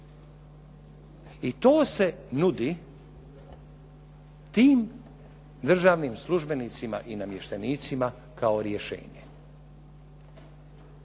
I to se nudi tim državnim službenicima i namještenicima kao rješenje.